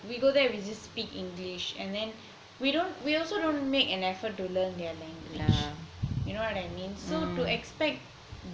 we go there we just speak english then we also don't make an effort to learn their language you know what I mean so to expect